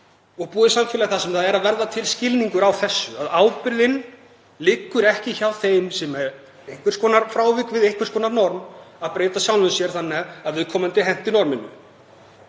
og búa í samfélagi þar sem er að verða til skilningur á því að ábyrgðin liggur ekki hjá þeim sem er einhvers konar frávik við einhvers konar norm og verði að breyta sjálfum sér þannig að viðkomandi henti norminu.